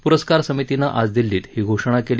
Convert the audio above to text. प्रस्कार समितीनं आज दिल्लीत ही घोषणा केली